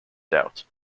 doubt